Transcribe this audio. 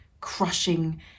crushing